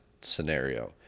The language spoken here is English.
scenario